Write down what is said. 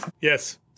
Yes